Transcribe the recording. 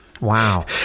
Wow